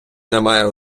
немає